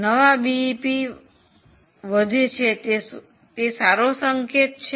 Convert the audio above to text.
નવી બીઈપી વધી છે શું તે સારું સંકેત છે